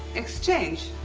exchange.